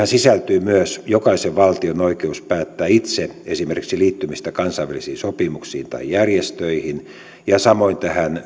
sisältyy myös jokaisen valtion oikeus päättää itse esimerkiksi liittymisestä kansainvälisiin sopimuksiin tai järjestöihin ja samoin